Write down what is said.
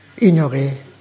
ignorer